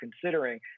considering